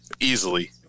Easily